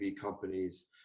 companies